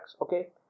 Okay